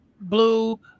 Blue